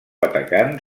atacant